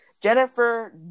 Jennifer